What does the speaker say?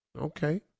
Okay